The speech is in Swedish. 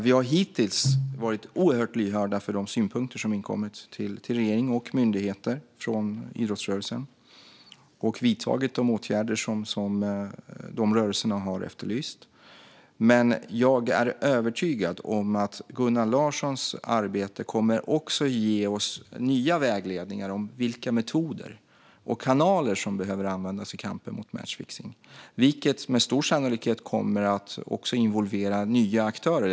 Vi har hittills varit oerhört lyhörda för de synpunkter som inkommit till regeringen och till myndigheter från idrottsrörelsen och vidtagit de åtgärder som denna rörelse har efterlyst. Jag är dock övertygad om att Gunnar Larssons arbete kommer att ge oss ny vägledning om vilka metoder och kanaler som behöver användas i kampen mot matchfixning. Detta kommer med stor sannolikhet också att involvera nya aktörer.